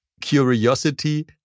curiosity